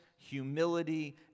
humility